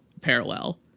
parallel